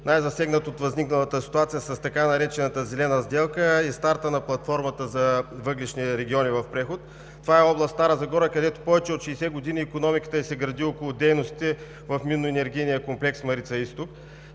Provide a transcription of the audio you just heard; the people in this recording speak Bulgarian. най-засегнат от възникналата ситуация с така наречената Зелена сделка и старта на Платформата „Въглищните региони в преход“. Това е област Стара Загора, където повече от 60 години икономиката ѝ се гради около дейностите в Минно-енергийния комплекс „Марица изток“.